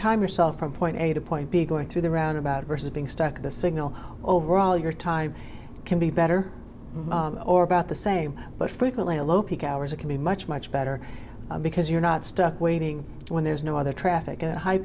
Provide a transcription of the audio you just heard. time yourself from point a to point b going through the roundabout versus being stuck the signal over all your time can be better or about the same but frequently a low peak hours are can be much much better because you're not stuck waiting when there's no other traffic at hi